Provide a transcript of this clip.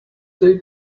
they